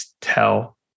tell